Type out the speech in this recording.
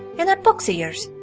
in that box'a yours.